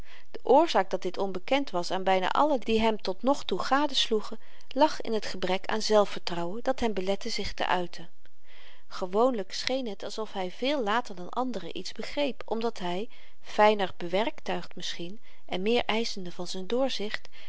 de oorzaak dat dit onbekend was aan byna allen die hem tot nog toe gadesloegen lag in t gebrek aan zelfvertrouwen dat hem belette zich te uiten gewoonlyk scheen het alsof hy veel later dan anderen iets begreep omdat hy fyner bewerktuigd misschien en meer eischende van z'n